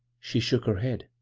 she shook her head.